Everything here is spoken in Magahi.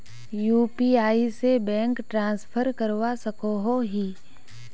यु.पी.आई से बैंक ट्रांसफर करवा सकोहो ही?